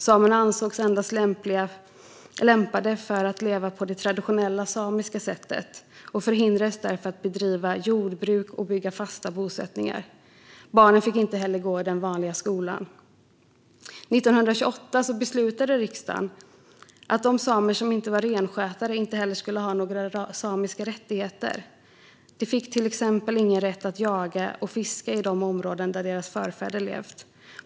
Samerna ansågs endast lämpade för att leva på det traditionella samiska sättet och hindrades därför från att bedriva jordbruk och bygga fasta bosättningar. Barnen fick heller inte gå i den vanliga skolan. År 1928 beslutade riksdagen att de samer som inte var renskötare inte skulle ha några samiska rättigheter. De fick till exempel ingen rätt att jaga och fiska i de områden där deras förfäder levt.